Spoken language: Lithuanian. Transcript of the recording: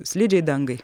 slidžiai dangai